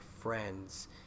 friends